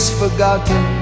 forgotten